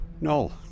No